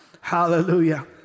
Hallelujah